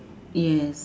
yes